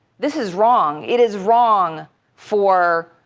this is wrong. it is wrong for